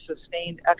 sustained